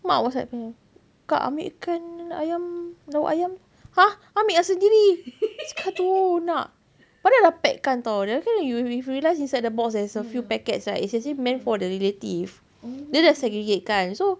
mak was like kak ambilkan ayam lauk ayam !huh! ambil lah sendiri suka hati !aduh! nak padahal sudah pack kan [tau] then you if you realise inside the box there's a few packets right it's actually meant for the relative dia dah segregate kan so